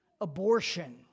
abortion